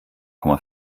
komma